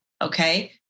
Okay